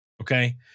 Okay